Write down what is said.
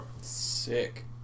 Sick